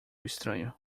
estranho